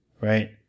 right